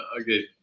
okay